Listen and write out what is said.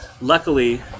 Luckily